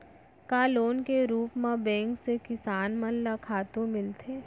का लोन के रूप मा बैंक से किसान मन ला खातू मिलथे?